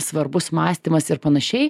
svarbus mąstymas ir panašiai